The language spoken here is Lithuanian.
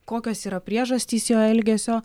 kokios yra priežastys jo elgesio